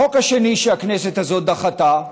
החוק השני שהכנסת הזאת דחתה,